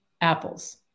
apples